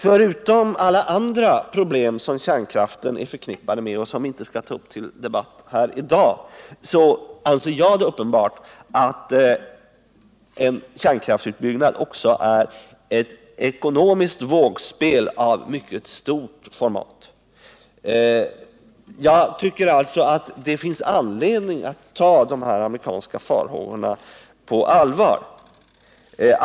Förutom alla andra problem som är förknippade med kärnkraften, vilka vi inte skall ta upp till debatt här i dag, anser jag det uppenbart att en kärnkraftsutbyggnad också är ett ekonomiskt vågspel av mycket stort format. Det finns därför, enligt min mening, anledning att ta de amerikanska farhågorna på allvar.